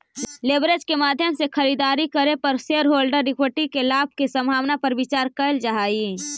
leverage के माध्यम से खरीदारी करे पर शेरहोल्डर्स के इक्विटी पर लाभ के संभावना पर विचार कईल जा हई